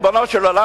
ריבונו של עולם,